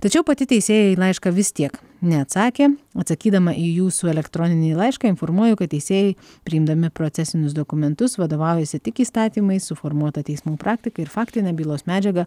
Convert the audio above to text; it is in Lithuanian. tačiau pati teisėja į laišką vis tiek neatsakė atsakydama į jūsų elektroninį laišką informuoju kad teisėjai priimdami procesinius dokumentus vadovaujasi tik įstatymais suformuota teismų praktika ir faktine bylos medžiaga